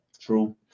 True